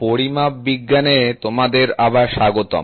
পরিমাপবিজ্ঞানে তোমাদের আবার স্বাগতম